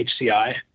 HCI